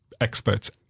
experts